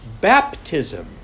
baptism